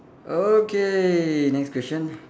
okay next question